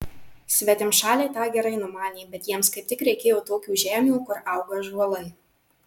svetimšaliai tą gerai numanė bet jiems kaip tik reikėjo tokių žemių kur auga ąžuolai